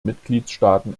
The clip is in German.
mitgliedstaaten